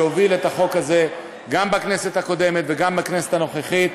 שהוביל את החוק הזה גם בכנסת הקודמת וגם בכנסת הנוכחית,